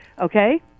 Okay